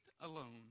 alone